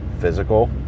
physical